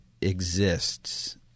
exists